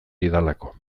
didalako